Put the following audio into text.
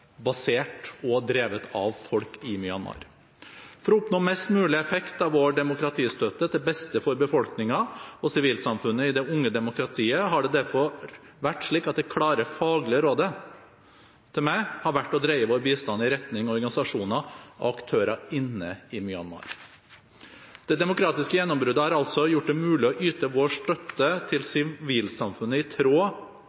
basert der og drevet av folk i Myanmar. For å oppnå mest mulig effekt av vår demokratistøtte til beste for befolkningen og sivilsamfunnet i det unge demokratiet har det derfor vært slik at det klare faglige rådet til meg har vært å dreie vår bistand i retning av organisasjoner og aktører inne i Myanmar. Det demokratiske gjennombruddet har altså gjort det mulig å yte vår støtte til